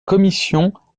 commission